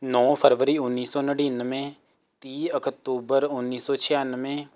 ਨੌਂ ਫਰਵਰੀ ਉੱਨੀ ਸੌ ਨੜ੍ਹਿਨਵੇਂ ਤੀਹ ਅਕਤੂਬਰ ਉੱਨੀ ਸੌ ਛਿਆਨਵੇਂ